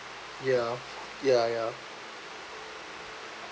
ya ya ya